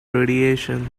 radiation